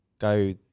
go